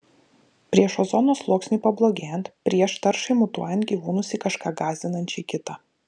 prieš ozono sluoksniui pablogėjant prieš taršai mutuojant gyvūnus į kažką gąsdinančiai kitą